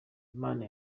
imana